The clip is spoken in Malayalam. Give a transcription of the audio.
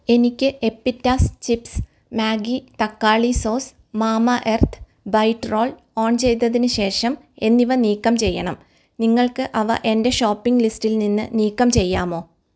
എനിക്ക് എപ്പിറ്റാസ് ചിപ്സ് മാഗി തക്കാളി sauce Mamaearth bite roll on ചെയ്തതിന് ശേഷം എന്നിവ നീക്കം ചെയ്യണം നിങ്ങൾക്ക് അവ എന്റെ ഷോപ്പിംഗ് ലിസ്റ്റിൽ നിന്ന് നീക്കം ചെയ്യാമോ